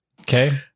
Okay